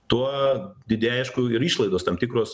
tuo didėja aišku ir išlaidos tam tikros